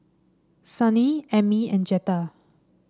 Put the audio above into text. Sonny Emmy and Jetta